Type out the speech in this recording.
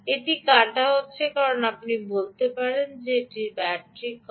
এটি কাটা হচ্ছে কারণ আপনি বলতে পারেন এটি ব্যাটারি কম